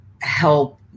help